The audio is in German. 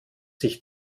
sich